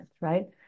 right